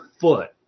foot